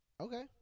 Okay